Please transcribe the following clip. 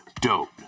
dope